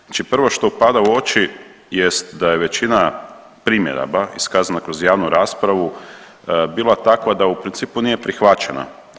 Znači prvo što pada u oči jest da je većina primjedaba iskazana kroz javnu raspravu bila takva da u principu nije prihvaćena.